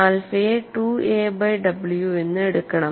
ആൽഫയെ 2 a by w എന്ന് എടുക്കണം